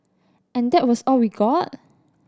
and that was all we got